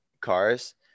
cars